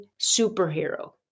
superhero